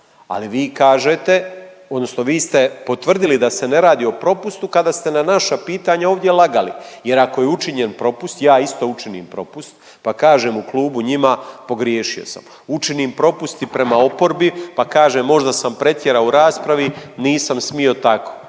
ali vi kažete odnosno vi ste potvrdili da se ne radi o propustu kada ste na naša pitanja ovdje lagali. Jer ako je učinjen propust, ja isto učinim propust pa kažem u klubu njima, pogriješio sam. Učinim propust i prema oporbi, pa kažem možda sam pretjerao u raspravi, nisam smio tako.